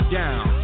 down